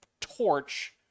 torch